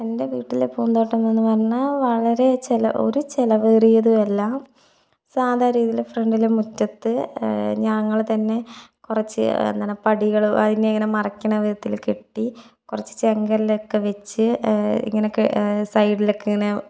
എൻ്റെ വീട്ടിലെ പൂന്തോട്ടങ്ങളെന്ന് പറഞ്ഞാൽ വളരെ ചില ഒരു ചിലവേറിയതുമല്ല സാധാ രീതിയിൽ ഫ്രണ്ടിൽ മുറ്റത്ത് ഞങ്ങൾ തന്നെ കുറച്ച് എന്താണ് പടികൾ അതിനെ ഇങ്ങനെ മറക്കണ വിധത്തിൽ കെട്ടി കുറച്ച് ചെങ്കല്ലൊക്കെ വെച്ച് ഇങ്ങനെയൊക്കെ സൈഡിലൊക്കെ ഇങ്ങനെ